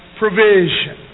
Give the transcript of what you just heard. provision